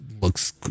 looks